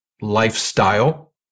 lifestyle